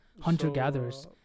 hunter-gatherers